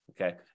Okay